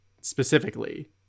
specifically